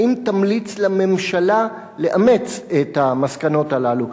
האם תמליץ לממשלה לאמץ את המסקנות הללו?